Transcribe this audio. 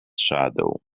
shadow